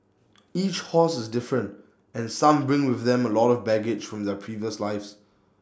each horse is different and some bring with them A lot of baggage from their previous lives